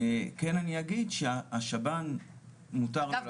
כן אני אגיד שהשב"ן --- אגב,